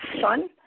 son